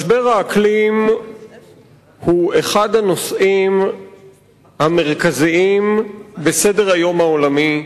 משבר האקלים הוא אחד הנושאים המרכזיים בסדר-היום העולמי בימינו.